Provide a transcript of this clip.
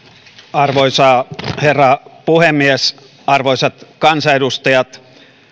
arvoisa herra puhemies arvoisat kansanedustajat